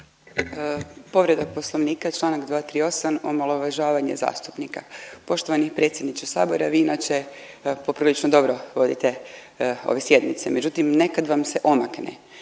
Povreda Poslovnika članak 238. omalovažavanje zastupnika. Poštovani predsjedniče Sabora vi inače poprilično dobro vodite ove sjednice, međutim nekad vam se omakne,